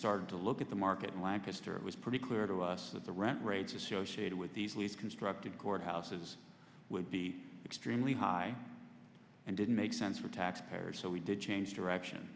started to look at the market in lancaster it was pretty clear to us that the rent range associated with these constructed court houses would be extremely high and didn't make sense for tax payers so we did change direction